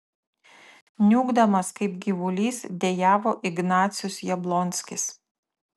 niūkdamas kaip gyvulys dejavo ignacius jablonskis